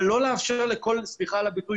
אבל לא לאפשר לכל - סליחה על הביטוי